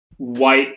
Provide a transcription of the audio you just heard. white